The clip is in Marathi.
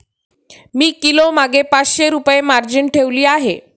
मी किलोमागे पाचशे रुपये मार्जिन ठेवली आहे